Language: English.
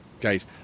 gate